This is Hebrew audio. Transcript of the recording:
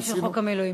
דברים של חוק המילואים.